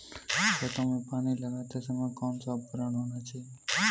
खेतों में पानी लगाते समय कौन सा उपकरण होना चाहिए?